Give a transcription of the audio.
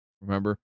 Remember